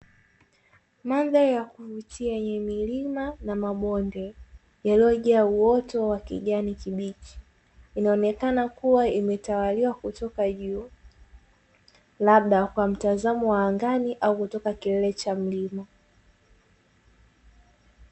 Mandhari ya kuvutia yenye milima na mabonde yaliyojaa uoto wa kijani kibichi, inaonekana kuwa imetawaliwa kutoka juu labda kwa mtazamo wa angani au katika kilele cha mlima.